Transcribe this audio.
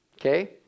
Okay